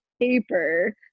paper